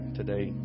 today